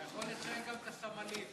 אתה יכול לציין גם את הסמלים.